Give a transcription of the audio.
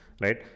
right